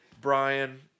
Brian